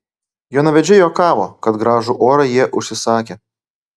jaunavedžiai juokavo kad gražų orą jie užsisakę